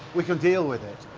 we can deal with it.